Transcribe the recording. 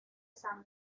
san